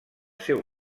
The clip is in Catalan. seu